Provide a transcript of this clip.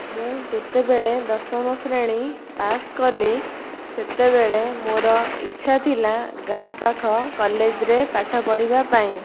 ମୁଁ ଯେତେବେଳେ ଦଶମ ଶ୍ରେଣୀ ପାସ୍ କଲି ସେତେବେଳେ ମୋର ଇଚ୍ଛା ଥିଲା ଗାଁ ପାଖ କଲେଜ୍ରେ ପାଠ ପଢ଼ିବା ପାଇଁ